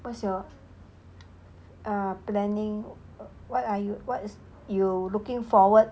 what's your err planning what are you what you looking forward